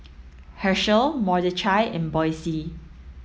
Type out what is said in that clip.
Hershell Mordechai and Boysie